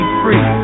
free